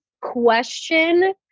question